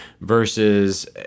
versus